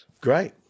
Great